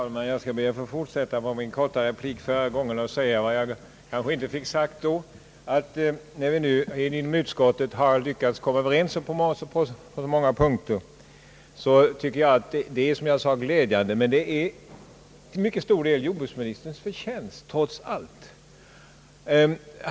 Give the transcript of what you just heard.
Herr talman! Jag skall be att få fortsätta min korta förra replik och säga vad jag då inte fick sagt. Jag tycker, som jag redan framhållit, att det är mycket glädjande att vi har lyckats komma överens inom utskottet på så många punkter. Men det är till mycket stor del jordbruksministerns förtjänst, trots allt.